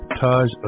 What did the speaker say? Taj